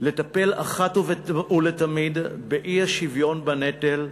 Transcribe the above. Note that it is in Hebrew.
לטפל אחת ולתמיד באי-שוויון בנטל,